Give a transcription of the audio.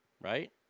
Right